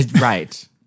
Right